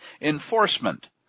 enforcement